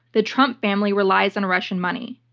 the trump family relies on russian money.